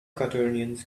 quaternions